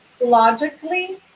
logically